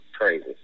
crazy